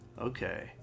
Okay